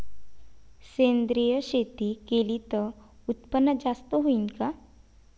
सेंद्रिय शेती केली त उत्पन्न जास्त होईन का?